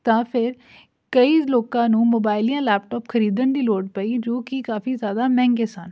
ਤਾਂ ਫਿਰ ਕਈ ਲੋਕਾਂ ਨੂੰ ਮੋਬਾਈਲ ਜਾਂ ਲੈਪਟੋਪ ਖਰੀਦਣ ਦੀ ਲੋੜ ਪਈ ਜੋ ਕਿ ਕਾਫੀ ਜ਼ਿਆਦਾ ਮਹਿੰਗੇ ਸਨ